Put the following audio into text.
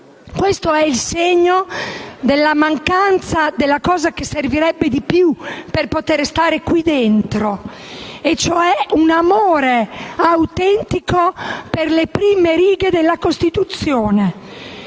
Questo è il segno della mancanza di ciò che servirebbe di più per poter stare qui dentro, cioè un amore autentico per le prime righe della Costituzione.